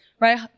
right